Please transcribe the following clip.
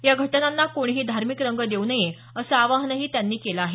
या घटनांना कोणीही धार्मिक रंग देऊ नये असे आवाहनही त्यांनी केलं आहे